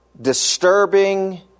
disturbing